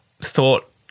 thought